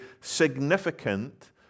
significant